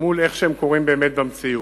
לעומת איך שהם באמת במציאות.